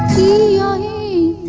e